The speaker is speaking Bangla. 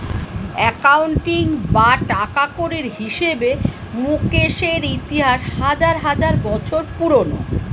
অ্যাকাউন্টিং বা টাকাকড়ির হিসেবে মুকেশের ইতিহাস হাজার হাজার বছর পুরোনো